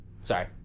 Sorry